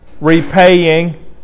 repaying